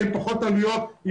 יהיו פחות עלויות,